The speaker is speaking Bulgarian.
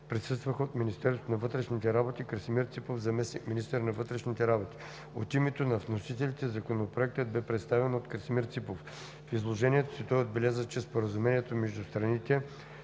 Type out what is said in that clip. присъстваха от Министерството на вътрешните работи – Красимир Ципов – заместник-министър на вътрешните работи. От името на вносителите Законопроектът бе представен от Красимир Ципов. В изложението си той отбеляза, че Споразумението между страните